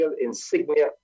insignia